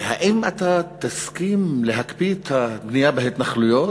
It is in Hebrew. האם אתה תסכים להקפיא את הבנייה בהתנחלויות,